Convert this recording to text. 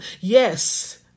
yes